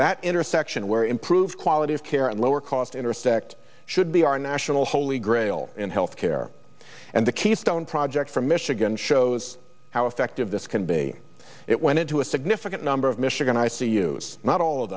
that intersection where improved quality of care and lower cost intersect should be our national holy grail in health care and the keystone project for michigan shows how effective this can be it went into a significant number of michigan i see use not all of